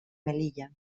melilla